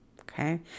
Okay